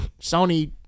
Sony